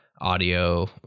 audio